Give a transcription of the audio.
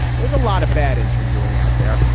there's a lot of bad interviewing out there.